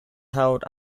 held